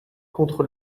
contre